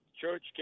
church